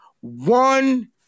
one